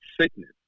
sickness